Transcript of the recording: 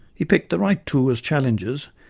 he picked the right two as challengers,